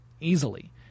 easily